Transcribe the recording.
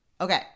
Okay